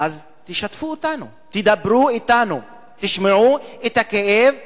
אז תשתפו אותנו, תדברו אתנו, תשמעו את הכאב שלנו.